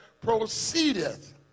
proceedeth